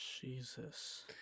Jesus